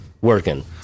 working